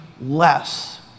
less